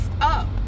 up